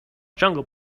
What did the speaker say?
jungle